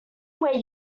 where